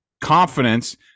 confidence